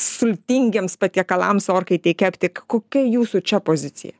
sultingiems patiekalams orkaitėj kepti kokia jūsų čia pozicija